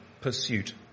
pursuit